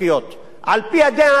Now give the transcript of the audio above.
כל ההתנחלויות לא חוקיות,